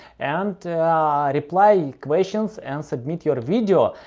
and reply questions and submit your video.